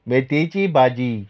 मेथीची भाजी